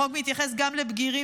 החוק מתייחס גם לבגירים,